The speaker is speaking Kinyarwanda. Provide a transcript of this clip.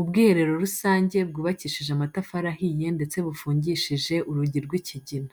Ubwiherero rusange bwubakishije amatafari ahiye ndetse bufungishije urugi rw'ikigina.